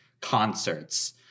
concerts